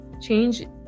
Change